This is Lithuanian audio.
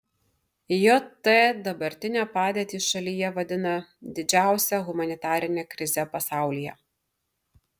jt dabartinę padėtį šalyje vadina didžiausia humanitarine krize pasaulyje